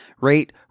Rate